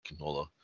canola